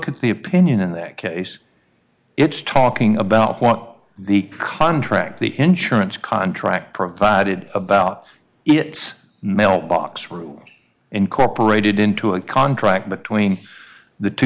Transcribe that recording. at the opinion in that case it's talking about what the contract the insurance contract provided about its mailbox room incorporated into a contract between the two